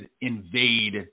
invade